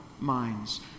minds